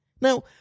Now